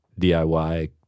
DIY